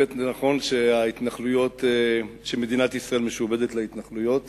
באמת נכון שמדינת ישראל משועבדת להתנחלויות.